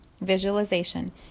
visualization